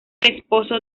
esposo